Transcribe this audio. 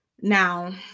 Now